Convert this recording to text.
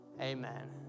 amen